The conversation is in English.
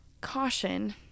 caution